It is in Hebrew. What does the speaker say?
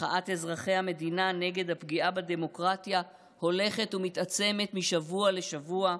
מחאת אזרחי המדינה נגד הפגיעה בדמוקרטיה הולכת ומתעצמת משבוע לשבוע.